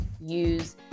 use